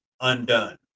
undone